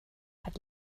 hat